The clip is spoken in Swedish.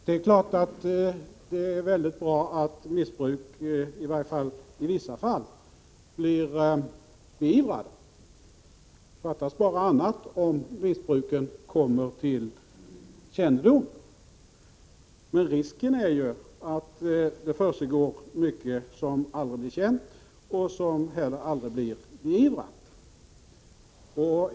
Herr talman! Det är klart att det är mycket bra att missbruk — åtminstone i vissa fall — blir beivrat. Fattas bara annat, om missbruket blir känt. Men risken är att det försiggår mycket som aldrig blir känt och som heller aldrig blir beivrat.